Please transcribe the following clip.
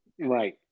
Right